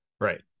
Right